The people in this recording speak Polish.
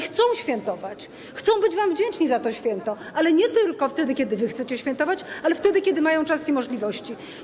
Chcą świętować, chcą być wam wdzięczni za to święto, ale nie tylko wtedy, kiedy wy chcecie świętować, lecz wtedy, kiedy mają czas i możliwości.